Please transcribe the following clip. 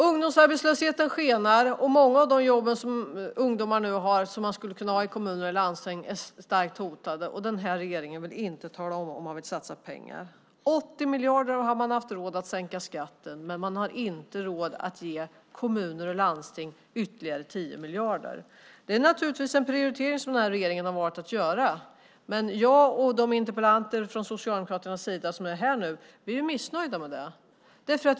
Ungdomsarbetslösheten skenar, och många av de jobb som ungdomar skulle kunna ha i kommuner och landsting är starkt hotade. Och den här regeringen vill inte tala om ifall man vill satsa pengar. Man har haft råd att sänka skatten med 80 miljarder, men man har inte råd att ge kommuner och landsting ytterligare 10 miljarder. Det är naturligtvis en prioritering som den här regeringen har valt att göra, men jag och de interpellanter från Socialdemokraternas sida som är här nu är missnöjda med det.